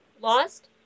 Lost